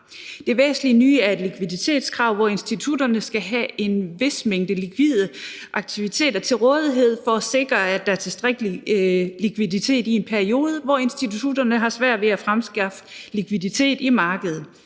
Det væsentligt nye er et likviditetskrav, hvor institutterne skal have en vis mængde likvide aktiver til rådighed for at sikre, at der er tilstrækkelig likviditet i en periode, hvor institutterne har svært ved at fremskaffe likviditet i markedet.